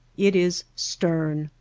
it is stern,